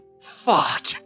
fuck